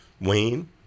Wayne